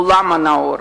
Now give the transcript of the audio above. העולם הנאור,